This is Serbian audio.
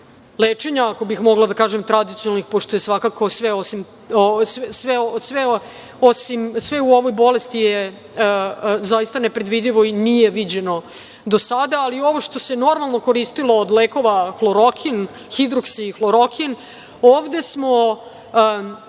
lečenja, ako bih mogla da kažem tradicionalnih, pošto je svakako sve u ovoj bolesti je zaista nepredvidivo i nije viđeno do sada, ali ono što se normalno koristilo od lekova hlorokin, hidroksihlorokin, ovde smo